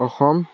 Assam